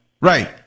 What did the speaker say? Right